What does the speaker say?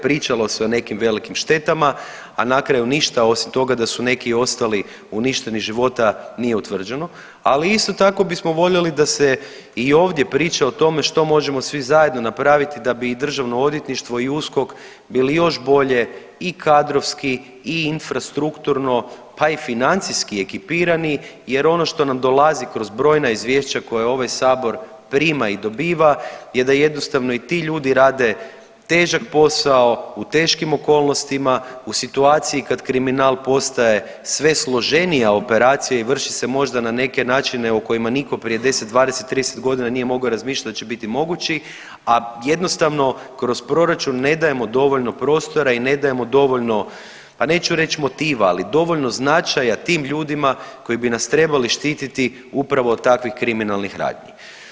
Pričalo se o nekim velikim štetama, a na kraju ništa osim toga da su neki ostali uništenih života nije utvrđeno, ali isto tako bismo voljeli da se i ovdje priča o tome što možemo svi zajedno napraviti da bi i državno odvjetništvo i USKOK bili još bolje i kadrovski i infrastrukturno pa i financijski ekipirani jer ono što nam dolazi kroz brojna izvješća koja ovaj sabor prima i dobiva je da jednostavno i ti ljudi rade težak posao u teškim okolnostima u situaciji kad kriminal postaje sve složenija operacija i vrši se možda na neke načine o kojima nitko prije 10, 20, 30 godina nije mogao razmišljati da će biti mogući, a jednostavno kroz proračun ne dajemo dovoljno prostora i ne dajemo dovoljno pa neću reć motiva, ali dovoljno značaja tim ljudima koji bi nas trebali štititi upravo od takvih kriminalnih radnji.